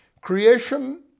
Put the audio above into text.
Creation